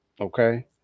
Okay